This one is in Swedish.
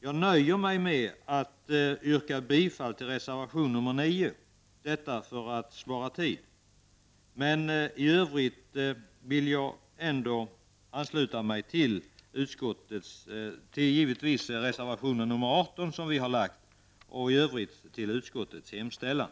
Jag nöjer mig med att yrka bifall till reservation nr 9 för att spara tid, men jag stöder givetvis reservation nr 18 som vi har lagt fram och i övrigt utskottets hemställan.